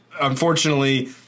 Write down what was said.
unfortunately